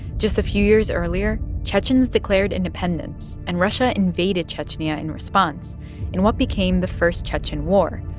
just a few years earlier, chechens declared independence, and russia invaded chechnya in response in what became the first chechen war.